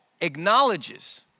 acknowledges